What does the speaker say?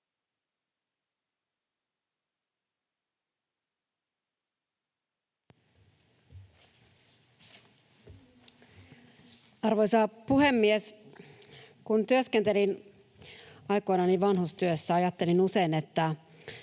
Arvoisa puhemies! Kun työskentelin aikoinani vanhustyössä, ajattelin usein, että